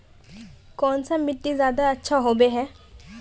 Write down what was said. कौन सा मिट्टी ज्यादा अच्छा होबे है?